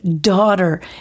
daughter